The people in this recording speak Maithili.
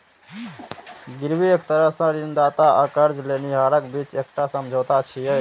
गिरवी एक तरह सं ऋणदाता आ कर्ज लेनिहारक बीच एकटा समझौता छियै